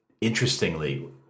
Interestingly